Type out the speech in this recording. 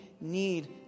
need